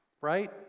Right